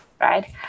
right